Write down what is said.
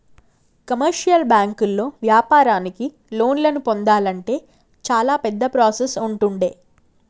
commercial బ్యాంకుల్లో వ్యాపారానికి లోన్లను పొందాలంటే చాలా పెద్ద ప్రాసెస్ ఉంటుండే